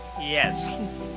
Yes